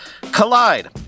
Collide